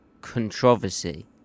Controversy